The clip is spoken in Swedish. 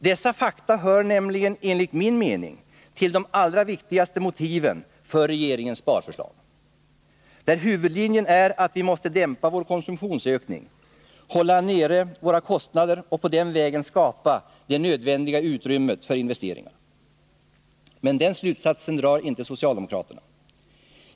Dessa fakta hör nämligen enligt min mening till de allra viktigaste motiven för regeringens sparförslag, där huvudlinjen är att vi måste dämpa vår konsumtionsökning, hålla nere våra kostnader och på den vägen skapa det nödvändiga utrymmet för investeringar. Men den slutsatsen drar inte socialdemokraterna.